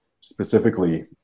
specifically